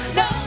no